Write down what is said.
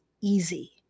easy